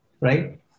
right